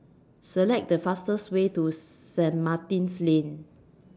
Select The fastest Way to Saint Martin's Lane